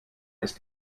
ist